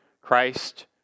Christ